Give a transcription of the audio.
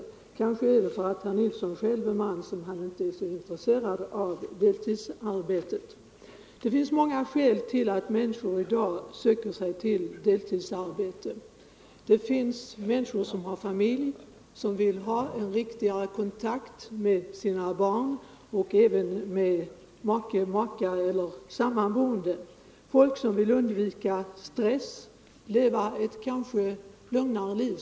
Herr Nilsson i Kalmar är ju själv man, och det är kanske orsaken till att han inte är så särskilt intresserad av deltidsarbetet. Det finns många skäl till att människor i dag vill ha deltidsarbete. En del har familj och vill ha en bättre kontakt med sina barn, sin make/maka eller sammanboende. Vidare finns det människor som vill undvika stress. De vill leva ett lugnare liv.